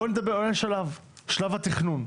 בוא נעלה שלב, שלב התכנון,